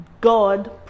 God